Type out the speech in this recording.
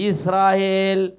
Israel